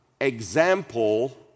example